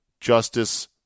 justice